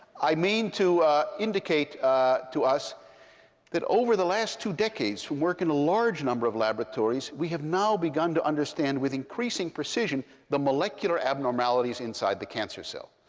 i mean to indicate to us that over the last two decades, from work in a large number of laboratories, we have now begun to understand with increasing precision the molecular abnormalities inside the cancer cell.